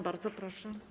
Bardzo proszę.